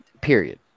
period